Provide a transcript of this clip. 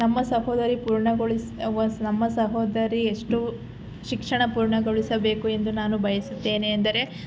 ನಮ್ಮ ಸಹೋದರಿ ಪೂರ್ಣಗೊಳಿಸಿ ನಮ್ಮ ಸಹೋದರಿ ಎಷ್ಟು ಶಿಕ್ಷಣ ಪೂರ್ಣಗೊಳಿಸಬೇಕು ಎಂದು ನಾನು ಬಯಸುತ್ತೇನೆ ಎಂದರೆ